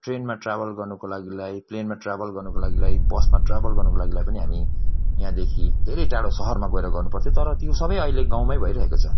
ट्रेनमा ट्राभल गर्नुको लागिलाई प्लेनमा ट्राभल गर्नुको लागिलाई बसमा ट्राभल गर्नुको लागिलाई पनि हामी यहाँदेखि धेरै टाडो सहरमा गएर गर्नुपर्थ्यो तर त्यो सबै अहिले गाउँमै भइरहेको छ